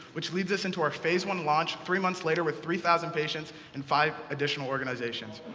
which leads us into our phase one launch three months later with three thousand patients and five additional organizations.